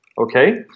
okay